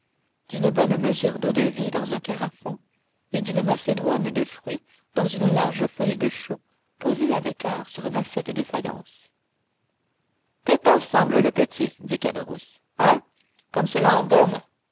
d'une bonne mesure d'eau-de-vie dans un carafon et d'une macédoine de fruits dans une large feuille de chou posée avec art sur une assiette de faïence que t'en semble le petit dit caderousse hein comme cela embaume